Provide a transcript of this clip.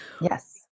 Yes